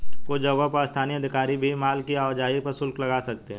कुछ जगहों पर स्थानीय अधिकारी भी माल की आवाजाही पर शुल्क लगा सकते हैं